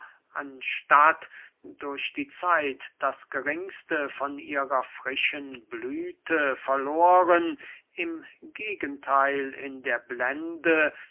anstatt durch die zeit das geringste von ihrer frischen blüthe verloren im gegentheil in der blende